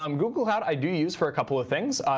um google cloud i do use for a couple of things,